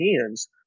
hands